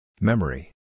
Memory